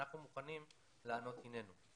אנחנו מכנים לענות הננו.